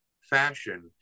fashion